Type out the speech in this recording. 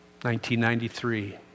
1993